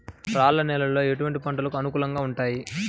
రాళ్ల నేలలు ఎటువంటి పంటలకు అనుకూలంగా ఉంటాయి?